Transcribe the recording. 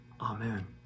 Amen